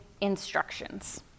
instructions